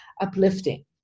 uplifting